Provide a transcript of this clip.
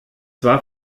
war